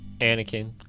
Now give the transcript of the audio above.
Anakin